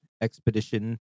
expedition